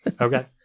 Okay